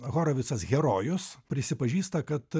horovicas herojus prisipažįsta kad